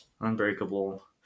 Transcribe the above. Unbreakable